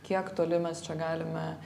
kiek toli mes čia galime